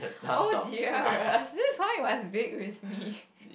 oh dear is this how it was baked with me